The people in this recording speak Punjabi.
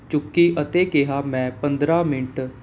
ਚੁੱਕੀ ਅਤੇ ਕਿਹਾ ਮੈਂ ਪੰਦਰਾਂ ਮਿੰਟ